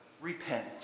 repent